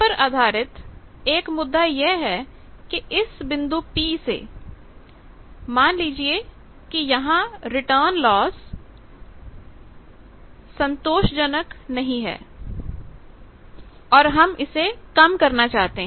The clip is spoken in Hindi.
इस पर आधारित एक मुद्दा यह है इस बिंदु Pसे मान लीजिए कि यहां रिटर्न लॉस संतोषजनक नहीं है और हम इसे कम करना चाहते हैं